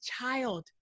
child